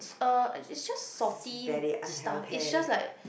it's just salty stuffs it's just like